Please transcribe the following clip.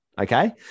Okay